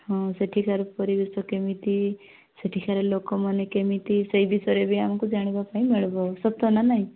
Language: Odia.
ହଁ ସେଠିକାର ପରିବେଶ କେମିତି ସେଠିକାର ଲୋକମାନେ କେମିତି ସେଇ ବିଷୟରେ ବି ଆମକୁ ଜାଣିବା ପାଇଁ ମିଳିବ ସତ ନା ନାଇଁ